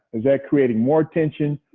is that creating more tension?